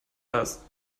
das